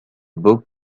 book